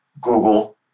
Google